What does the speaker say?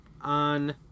on